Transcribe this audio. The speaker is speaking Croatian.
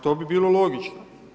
To bi bilo logično.